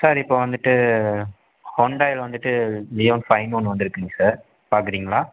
sir இப்போது வந்துட்டு ஹூண்டாயில் வந்துட்டு லியோ ஃபைன்னு ஒன்று வந்துருக்குங்க சார் பார்க்குறீங்களா